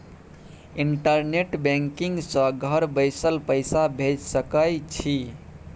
internet banking सँ घर बैसल पैसा भेज सकय छी